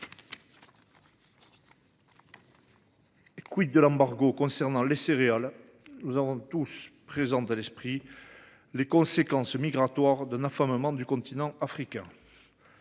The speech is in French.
est-il de l’embargo sur les céréales ? Nous avons tous présentes à l’esprit les conséquences migratoires d’un affamement du continent africain.